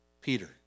Peter